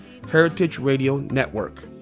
heritageradionetwork